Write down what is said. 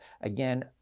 again